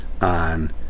on